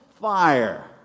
fire